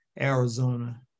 Arizona